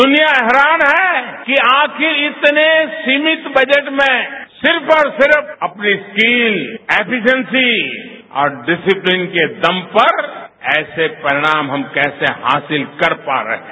दुनियां हैरान है कि आखिर इतने समिति बजट में सिर्फ और सिर्फ अपने स्कील एफिसिएसी और डिसिप्लीन के दम पर ऐसे परिणाम हम कैसे हासिल कर पा रहे हैं